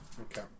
Okay